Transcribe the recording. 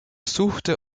suchte